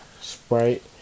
sprite